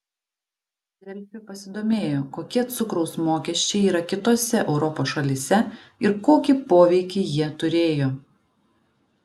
delfi pasidomėjo kokie cukraus mokesčiai yra kitose europos šalyse ir kokį poveikį jie turėjo